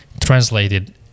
translated